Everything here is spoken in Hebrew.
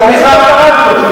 למה סגרו לך את הרמקול?